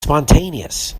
spontaneous